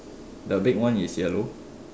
the big one is yellow